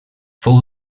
fou